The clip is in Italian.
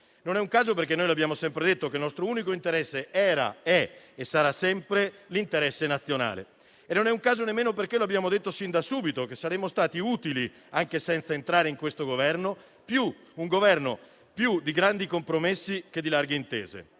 Non è un caso perché, come abbiamo sempre detto, il nostro unico interesse era, è e sarà sempre l'interesse nazionale. Non è un caso nemmeno perché lo abbiamo detto sin da subito che saremmo stati utili, anche senza entrare in questo Governo; un Governo più di grandi compromessi che di larghe intese.